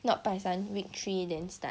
not 拜三 week three then start